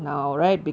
ya